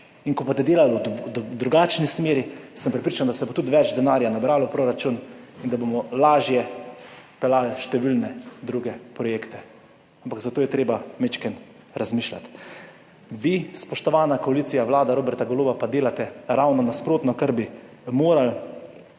Ko boste delali v drugačni smeri, sem prepričan, da se bo tudi več denarja nabralo v proračun in da bomo lažje peljali številne druge projekte, ampak za to je treba majčkeno razmišljati. Vi, spoštovana koalicija, vlada Roberta Goloba, pa delate ravno nasprotno, kot bi morali.